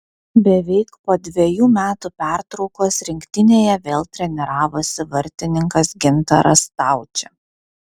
beveik po dvejų metų pertraukos rinktinėje vėl treniravosi vartininkas gintaras staučė